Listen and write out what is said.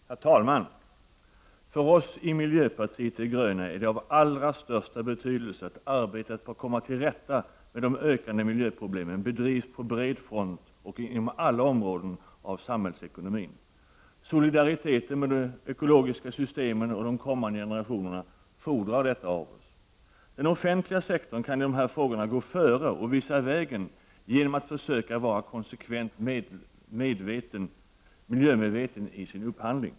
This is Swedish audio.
Herr talman! För oss i miljöpartiet de gröna är det av allra största betydelse att arbetet på att komma till rätta med de ökande miljöproblemen bedrivs på bred front och inom alla områden av samhällsekonomin. Solidariteten med de ekologiska systemen och de kommande generationerna fordrar detta av oss. Den offentliga sektorn kan i de frågorna gå före och visa vägen genom att försöka vara konsekvent miljömedveten i sin upphandling.